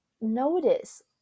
notice